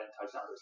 touchdowns